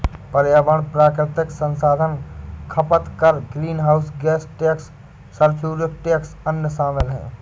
पर्यावरण प्राकृतिक संसाधन खपत कर, ग्रीनहाउस गैस टैक्स, सल्फ्यूरिक टैक्स, अन्य शामिल हैं